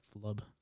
flub